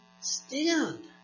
stand